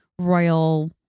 royal